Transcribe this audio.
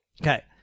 Okay